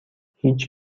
هیچ